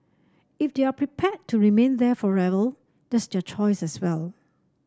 if they are prepared to remain there forever that's their choice as well